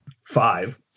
five